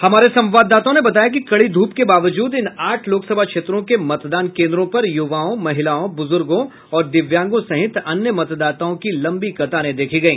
हमारे संवाददाताओं ने बताया कि कड़ी धूप के बावजूद इन आठ लोकसभा क्षेत्रों के मतदान केन्द्रों पर युवाओं महिलाओं बुजुर्गों और दिव्यांगों सहित अन्य मतदाताओं की लम्बी कतारें देखी गई